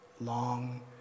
long